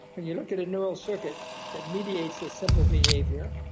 when you look at a neural circuit that mediates this simple behavior,